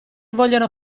vogliono